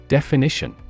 Definition